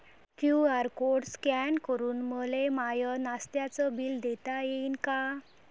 QR code scan करून मले माय नास्त्याच बिल देता येईन का?